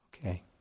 Okay